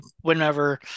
whenever